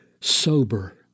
sober